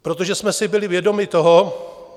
Protože jsme si byli vědomi toho...